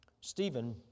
Stephen